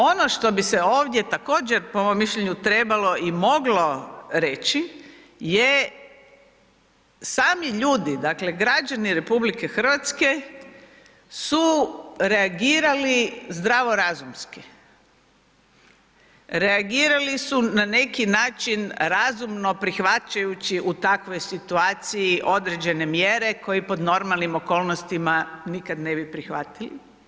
Ono što bi se ovdje također po mom mišljenju trebalo i moglo reći je sami ljudi dakle građani RH su reagirali zdravorazumski, reagirali su na neki način razumno prihvaćajući u takvoj situaciji određene mjere koje pod normalnim okolnostima nikad ne bi prihvatili.